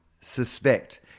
suspect